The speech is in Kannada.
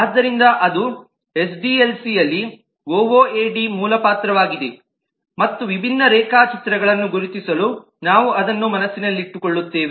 ಆದ್ದರಿಂದ ಅದು ಎಸ್ಡಿಎಲ್ಸಿಯಲ್ಲಿ ಒಒಎಡಿ ಮೂಲ ಪಾತ್ರವಾಗಿದೆ ಮತ್ತು ವಿಭಿನ್ನ ರೇಖಾಚಿತ್ರಗಳನ್ನು ಗುರುತಿಸಲು ನಾವು ಅದನ್ನು ಮನಸ್ಸಿನಲ್ಲಿಟ್ಟುಕೊಳ್ಳುತ್ತೇವೆ